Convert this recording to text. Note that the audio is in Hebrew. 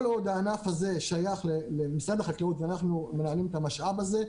כל עוד הענף הזה שייך למשרד החקלאות ואנחנו מנהלים את המשאב הזה,